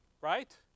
right